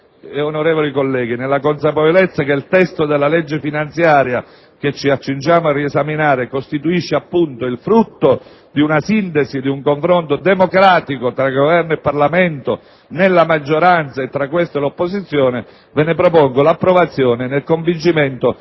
onorevoli colleghi, nella consapevolezza che il testo della legge finanziaria che ci accingiamo a riesaminare costituisce il frutto di una sintesi e di un confronto democratico tra Governo e Parlamento, nella maggioranza e tra questa e l'opposizione, ve ne propongo l'approvazione nel convincimento